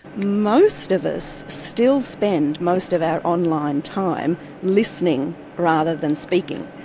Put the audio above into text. most of us still spend most of our online time listening rather than speaking.